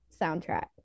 soundtrack